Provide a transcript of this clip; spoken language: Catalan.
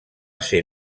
ser